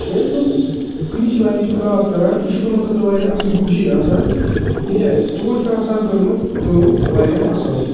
ییٚلہِ تم finish line چھِ کراس کران یہِ چھِ تمَن خٲطرٕ واریاہ اَصٕل خوشی آسان تِکیٛازِ تِمَو چھِ آسان کٔرمٕژ کٲم واریاہ اَصٕل